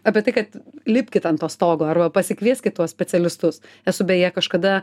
apie tai kad lipkit ant to stogo arba pasikvieskit tuos specialistus esu beje kažkada